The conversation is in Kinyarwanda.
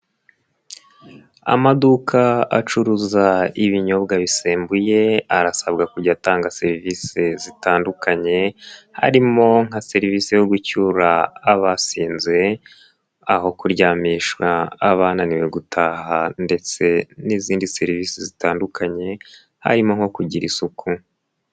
Amaduka acuruza ibinyobwa bisembuye, arasabwa kujya atanga serivisi zitandukanye, harimo nka serivisi yo gucyura abasinze, aho kuryamishwa abananiwe gutaha ndetse n'izindi serivisi zitandukanye, harimo nko kugira isuku.